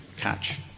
catch